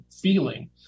feeling